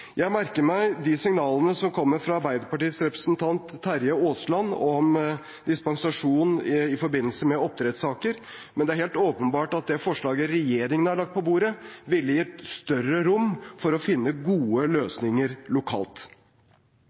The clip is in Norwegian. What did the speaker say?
Jeg merker meg de signalene som kommer fra Arbeiderpartiets representant Terje Aasland om dispensasjon i forbindelse med oppdrettssaker, men det er helt åpenbart at det forslaget regjeringen har lagt på bordet, ville gitt større rom for å finne gode løsninger lokalt.